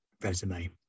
resume